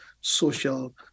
social